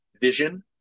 Vision